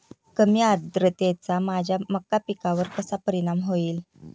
कमी आर्द्रतेचा माझ्या मका पिकावर कसा परिणाम होईल?